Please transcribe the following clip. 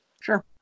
Sure